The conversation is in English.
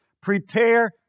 Prepare